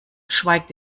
schweigt